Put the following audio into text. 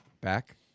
Back